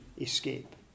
escape